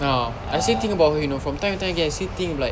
ah I still think about her you know from time and time again I still think like